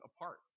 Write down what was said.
apart